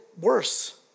worse